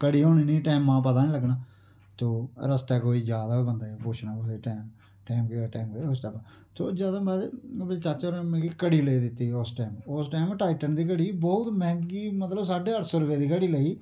घड़ी होनी निं टैमां दा पता नि लग्गना तो रस्तै कोई जा दा होऐ बंदा ते पुच्छना कुसे टैम टैम केह् होया टैम केह् होया उसलै पता लगना तो ज्यादा मतलब चाचा होरैं मिगी घड़ी लेई दित्ती ही उस टाइम उस टाइम टाइटन दी घड़ी बोह्त मैहंगी मतलब साड्डे अट्ठ सौ रपे दी घड़ी लेई